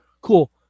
cool